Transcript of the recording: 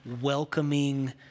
welcoming